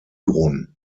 gudrun